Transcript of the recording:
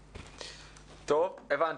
טוב, הבנתי.